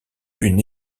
une